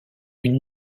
une